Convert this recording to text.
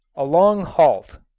a long halt